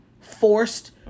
forced